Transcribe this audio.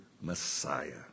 Messiah